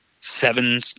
seven –